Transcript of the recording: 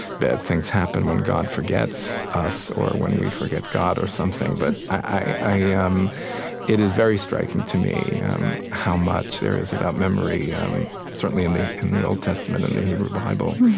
bad things happen when god forgets us or when we forget god or something. but i i ah um it is very striking to me um how much there is about memory um certainly in the in the old testament, in the hebrew bible.